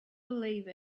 believe